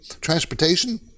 transportation